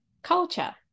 culture